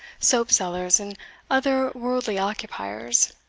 soapsellers, and other worldly occupiers,